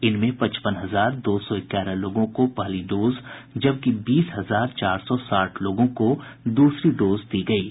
इनमें पचपन हजार दो सौ ग्यारह लोगों को पहली डोज जबकि बीस हजार चार सौ साठ लोगों को दूसरी डोज दी गयी है